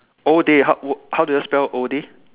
oh they how word how do you spell all day